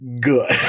good